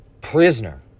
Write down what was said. prisoner